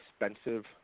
expensive